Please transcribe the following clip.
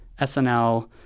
SNL